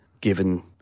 Given